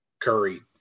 Curry